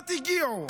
כמעט הגיעו,